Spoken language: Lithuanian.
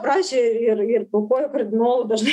prašė ir ir pupojo kardinolų dažnai